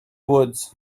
woods